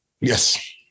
Yes